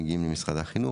מגיעים למשרד החינוך,